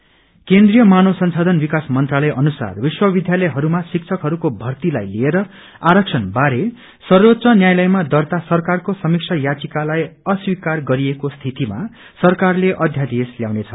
reservation केन्द्रीय मानव संसायन विकास मंत्रालय अनुसार विश्वविष्यालयहरूमा शिक्षकहरूको भर्तीलाई लिएर आरक्षण बारे सर्वोच्च न्यायालयमा दर्त्ता सरकारको समीका याचिकालाई अस्वीकार गरिएको स्थितिमा सरकारले अध्यादेश ल्याउनेछ